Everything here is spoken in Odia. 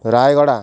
ରାୟଗଡ଼ା